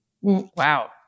Wow